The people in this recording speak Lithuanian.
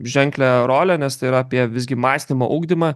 ženklią rolę nes tai yra apie visgi mąstymo ugdymą